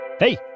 Hey